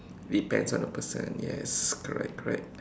depends on the person yes correct correct